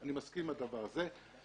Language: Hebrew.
אני מסכים עם הדבר הזה.